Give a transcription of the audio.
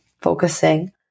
focusing